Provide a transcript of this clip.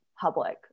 public